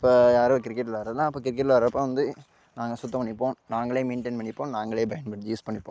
இப்போ யாரும் கிரிக்கெட் விளாடுறது இல்லை அப்போ கிரிக்கெட் விளாடுறப்ப வந்து நாங்கள் சுத்தம் பண்ணிப்போம் நாங்களே மெயின்டைன் பண்ணிப்போம் நாங்களே பயன்படுத்தி யூஸ் பண்ணிப்போம்